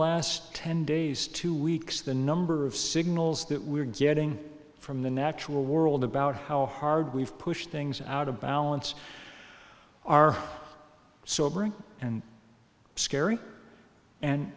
last ten days two weeks the number of signals that we're getting from the natural world about how hard we've pushed things out of balance are sobering and scary and